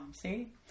See